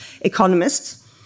economists